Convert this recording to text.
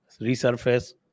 resurface